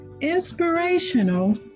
inspirational